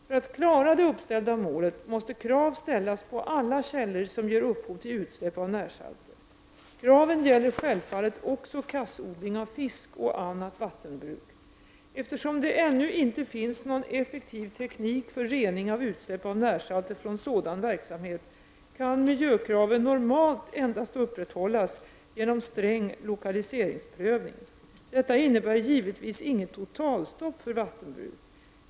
För att klara det uppsatta målet måste krav ställas på alla källor som ger upphov till utsläpp av närsalter. Kraven gäller självfallet också kassodling av fisk och annat vattenbruk. Eftersom det ännu inte finns någon effektiv teknik för rening av utsläpp av närsalter från sådan verksamhet kan miljökraven normalt endast upprätthållas genom sträng lokaliseringsprövning. Detta innebär givetvis inget totalstopp för vattenbruk.